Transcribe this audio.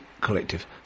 Collective